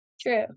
True